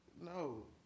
No